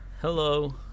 Hello